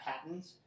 patents